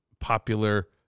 popular